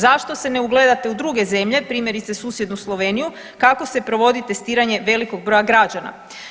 Zašto se ne ugledate u druge zemlje primjerice susjednu Sloveniju kako se provodi testiranje velikog broja građana.